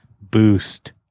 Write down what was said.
boost